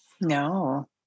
No